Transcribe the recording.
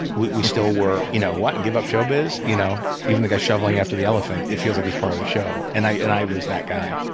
we we still were you know what? and give up showbiz? you know even the guy shoveling after the elephant, it feels like he's part of the show. and i and i was that guy.